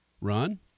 run